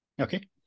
Okay